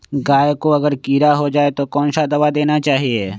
गाय को अगर कीड़ा हो जाय तो कौन सा दवा देना चाहिए?